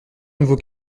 nouveau